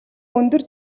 өндөр